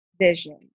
vision